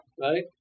Right